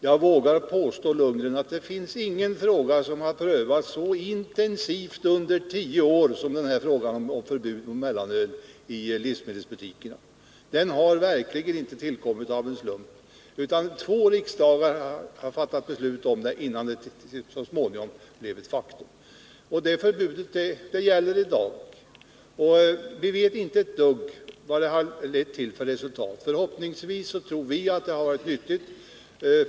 Jag vågar påstå, Bo Lundgren, att det inte finns någon fråga som har prövats så intensivt under tio år som frågan om förbud mot försäljning av mellanöl i livsmedelsbutikerna. Det förbudet har verkligen inte tillkommit av en slump, utan två riksdagar har fattat beslut om det, innan det så småningom blev ett faktum. Och det förbudet gäller i dag. Vi vet inte ett dugg om vilka resultat det har lett till. Förhoppningsvis har det varit nyttigt.